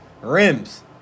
rims